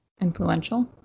Influential